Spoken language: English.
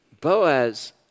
Boaz